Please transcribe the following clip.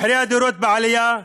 מחירי הדירות בעלייה,